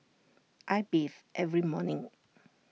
I bathe every morning